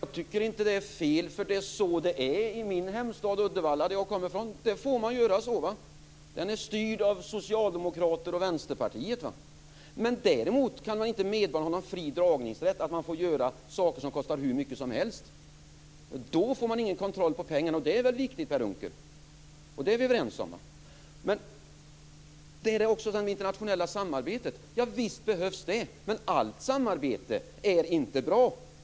Fru talman! Jag tycker inte att det är fel. Det är så det är i min hemstad, Uddevalla. Där får man göra så. Den är styrd av socialdemokrater och vänsterpartister. Däremot kan inte medborgarna ha fri dragningsrätt, dvs. få göra saker som kostar hur mycket som helst. Då får man ingen kontroll på pengarna. Det är väl viktigt, Per Unckel. Det är vi överens om. Visst behövs det internationella samarbetet. Men allt samarbete är inte bra.